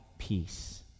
Peace